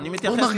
אני מתייחס לזה,